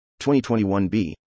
2021b